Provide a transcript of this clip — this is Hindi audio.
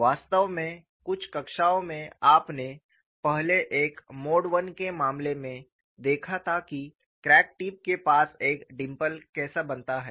वास्तव में कुछ कक्षाओं में आपने पहले एक मोड I के मामले में देखा था कि क्रैक टिप के पास एक डिंपल कैसे बनता है